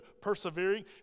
persevering